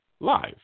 live